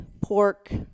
pork